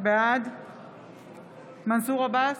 בעד מנסור עבאס,